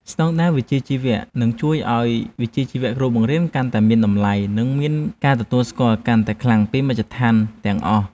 ស្តង់ដារវិជ្ជាជីវៈនឹងជួយឱ្យវិជ្ជាជីវៈគ្រូបង្រៀនកាន់តែមានតម្លៃនិងមានការទទួលស្គាល់កាន់តែខ្លាំងពីគ្រប់មជ្ឈដ្ឋានទាំងអស់។